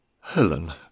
Helen